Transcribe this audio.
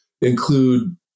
include